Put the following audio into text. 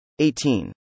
18